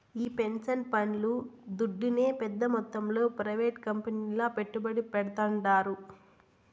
ఈ పెన్సన్ పండ్లు దుడ్డునే పెద్ద మొత్తంలో ప్రైవేట్ కంపెనీల్ల పెట్టుబడి పెడ్తాండారు